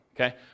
Okay